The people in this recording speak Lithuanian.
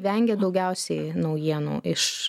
vengia daugiausiai naujienų iš